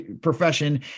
profession